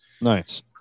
Nice